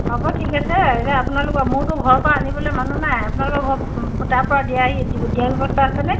হ'ব ঠিক আছে এতিয়া আপোনালোকৰ মোৰতো ঘৰৰ পৰা আনিবলে মানুহ নাই আপোনালোকৰ ঘৰ তাৰপৰা দিয়াৰ ব্যৱস্থা আছেনে